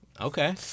Okay